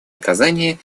оказание